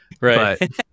Right